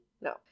No